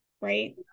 Right